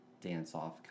dance-off